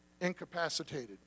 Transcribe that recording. incapacitated